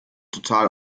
total